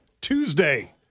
Tuesday